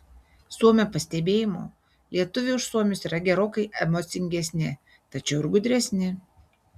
suomio pastebėjimu lietuviai už suomius yra gerokai emocingesni tačiau ir gudresni